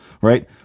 right